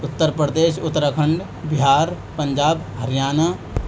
Uttar Pradesh Uttarakhand Bihar Punjab Haryana